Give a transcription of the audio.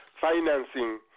financing